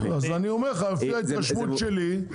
לפי ההתרשמות שלי,